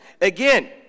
Again